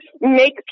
make